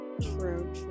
true